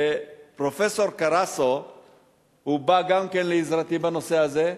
פרופסור קרסו גם הוא בא לעזרתי בנושא הזה,